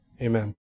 Amen